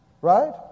Right